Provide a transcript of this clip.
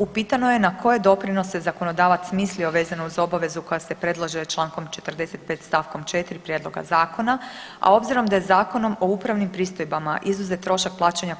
Upitano je na koje doprinose je zakonodavac mislio vezano uz obavezu koja se predlaže člankom 45. stavkom 4. prijedloga zakona, a obzirom da je Zakonom o upravnim pristojbama izuzet trošak